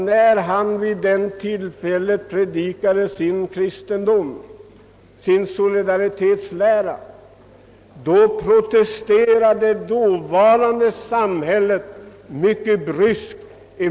När Jesus predikade sin kristendom, sin solidaritetslära, protesterade det samhälle där han levde mycket bryskt.